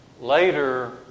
Later